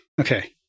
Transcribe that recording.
okay